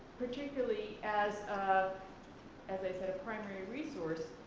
particularly as a as i said, a primary resource.